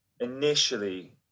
Initially